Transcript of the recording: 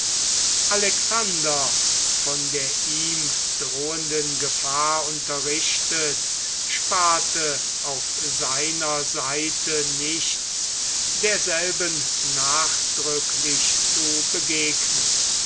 alexander von der ihm drohenden gefahr unterrichtet sparte auf seiner seite nichts derselben nachdrücklich zu begegnen